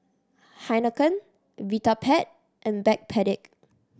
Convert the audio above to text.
Heinekein Vitapet and Backpedic